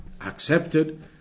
accepted